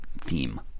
theme